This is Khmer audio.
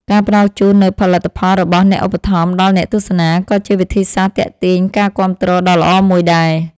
ការផ្ដល់ជូននូវផលិតផលរបស់អ្នកឧបត្ថម្ភដល់អ្នកទស្សនាក៏ជាវិធីសាស្ត្រទាក់ទាញការគាំទ្រដ៏ល្អមួយដែរ។